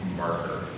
marker